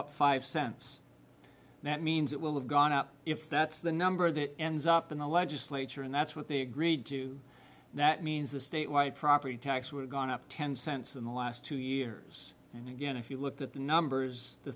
up five cents that means it will have gone up if that's the number that ends up in the legislature and that's what they agreed to that means the state wide property tax were gone up ten cents in the last two years and again if you looked at the numbers the